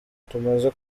tumaze